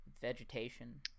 vegetation